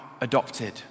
adopted